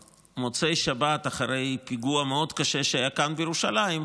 במוצאי שבת אחרי פיגוע מאוד קשה שהיה כאן בירושלים,